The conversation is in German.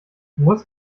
muss